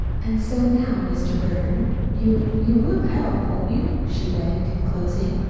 and so now, mr. burton, you you will help, won't you? she begged, in closing.